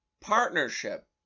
partnership